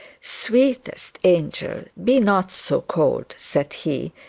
sweetest angel, be not so cold said he,